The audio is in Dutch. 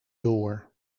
door